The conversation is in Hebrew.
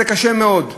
זה קשה מאוד,